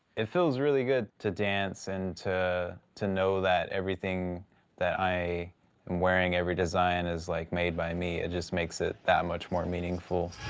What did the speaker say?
it feels really good to dance and to to know that everything that i am wearing, every design is like made by me. it just makes it that much more meaningful.